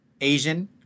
Asian